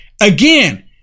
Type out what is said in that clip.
Again